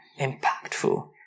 impactful